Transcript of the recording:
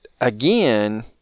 again